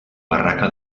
barraca